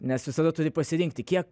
nes visada turi pasirinkti kiek